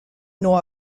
nor